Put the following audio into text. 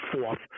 fourth